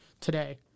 today